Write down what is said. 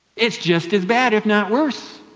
it's just as bad, if not worse.